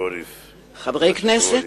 חברי כנסת,